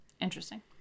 Interesting